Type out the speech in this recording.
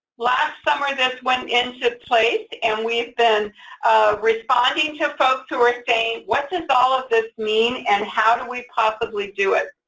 last summer, this went into place, and we've been responding to folks who are saying, what does all of this mean, and how do we possibly do it?